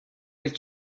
with